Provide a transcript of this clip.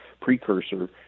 precursor